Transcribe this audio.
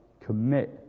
commit